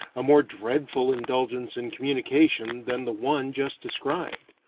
a more dreadful indulgence in communication than the one just described.